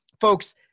folks